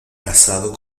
casado